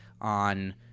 on